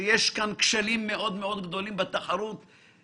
שיש כאן כשלים מאוד גדולים בתחרות,